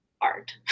art